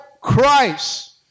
Christ